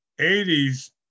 80s